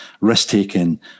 risk-taking